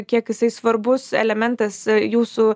kiek jisai svarbus elementas e jūsų